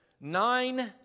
Nine